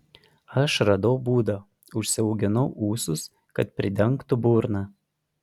aš radau būdą užsiauginau ūsus kad pridengtų burną